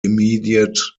immediate